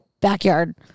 backyard